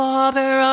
Father